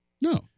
No